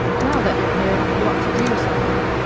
now that you're here you ought to do something,